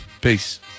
Peace